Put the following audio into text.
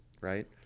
right